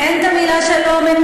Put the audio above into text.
אין המילה שלום.